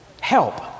help